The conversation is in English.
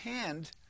hand